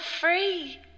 free